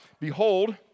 behold